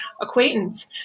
acquaintance